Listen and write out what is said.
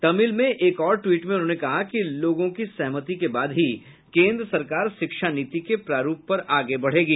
तमिल में एक और ट्वीट में उन्होंने कहा कि लोगों की सहमति के बाद ही केन्द्र सरकार शिक्षा नीति के प्रारूप पर आगे बढ़ेगी